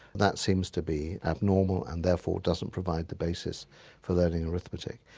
that seems to be abnormal and therefore doesn't provide the basis for learning arithmetic.